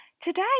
Today